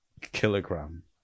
kilogram